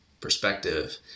perspective